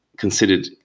considered